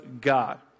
God